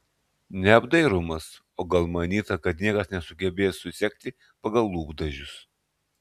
neapdairumas o gal manyta kad niekas nesugebės susekti pagal lūpdažius